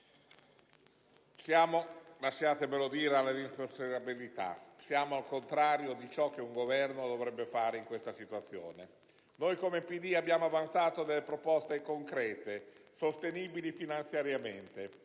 Siamo - lasciatemelo dire - all'irresponsabilità, siamo al contrario di ciò che un Governo dovrebbe fare in questa situazione. Noi, come PD, abbiamo avanzato delle proposte concrete e sostenibili finanziariamente.